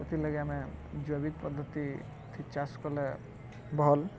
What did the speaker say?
ସେଥିର୍ଲାଗି ଆମେ ଜୈବିକ୍ ପଦ୍ଧତିଥି ଚାଷ୍ କଲେ ଭଲ୍